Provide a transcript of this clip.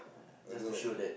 I know